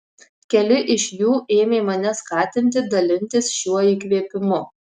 keli iš jų ėmė mane skatinti dalintis šiuo įkvėpimu